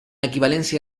equivalencia